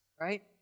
right